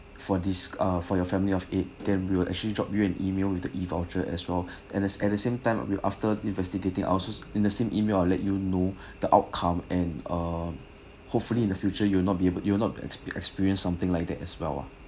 for this ah for your family of eight then we will actually drop you an email with the E_voucher as well and the at the same time we'll after investigating I'll also in the same email I'll let you know the outcome and uh hopefully in the future you'll not be able you'll not exp~ experienced something like that as well